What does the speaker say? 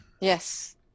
Yes